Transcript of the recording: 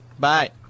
Bye